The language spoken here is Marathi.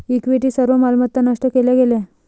इक्विटी सर्व मालमत्ता नष्ट केल्या गेल्या